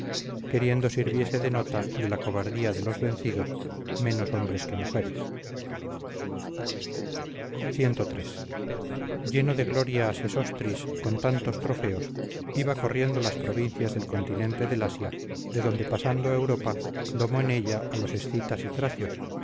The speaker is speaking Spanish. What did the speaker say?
queriendo sirviese de nota de la cobardía de los vencidos menos hombres que mujeres ciii lleno de gloria sesostris con tantos trofeos iba corriendo las provincias del continente del asia de donde pasando a europa domó en ella a los escitas y tracios